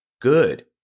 Good